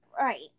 Right